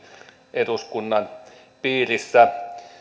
eduskunnan piirissä